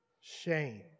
shame